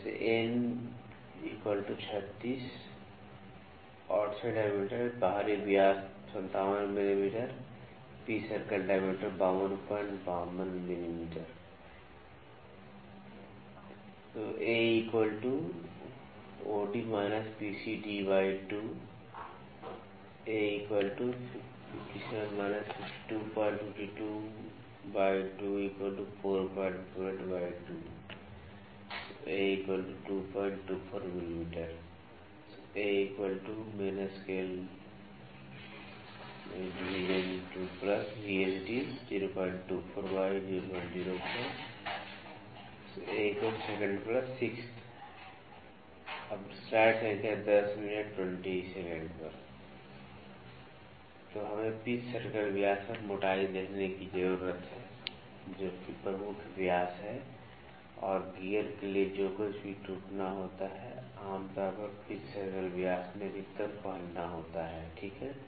N 36 OD 57 mm PCD 5252 mm a a a 224 mm a 2 024 तो हमें pitch circle व्यास पर मोटाई देखने की जरूरत है जो कि प्रमुख व्यास है और गियर के लिए जो कुछ भी टूटना होता है आमतौर पर पिच सर्कल व्यास में अधिकतम पहनना होता है ठीक है